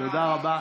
תודה רבה.